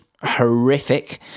horrific